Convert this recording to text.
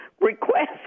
request